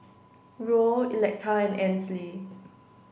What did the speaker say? Ruel Electa and Ansley